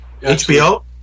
HBO